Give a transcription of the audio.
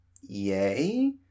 yay